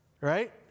right